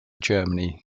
germany